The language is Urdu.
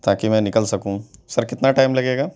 تاکہ میں نکل سکوں سر کتنا ٹائم لگے گا